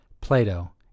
Plato